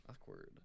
Awkward